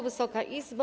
Wysoka Izbo!